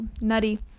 Nutty